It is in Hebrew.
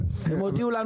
הם הודיעו לנו